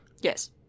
Yes